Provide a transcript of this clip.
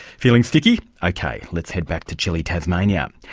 feeling sticky? ok, let's head back to chilly tasmania.